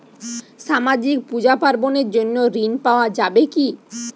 সামাজিক পূজা পার্বণ এর জন্য ঋণ পাওয়া যাবে কি?